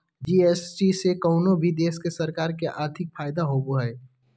GST से कउनो भी देश के सरकार के आर्थिक फायदा होबो हय